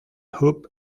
hope